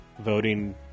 voting